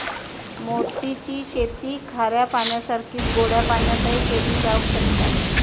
मोती ची शेती खाऱ्या पाण्यासारखीच गोड्या पाण्यातय केली जावक शकता